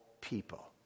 people